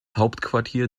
hauptquartier